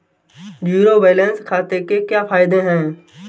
Zero balance खाते के क्या फायदे हैं?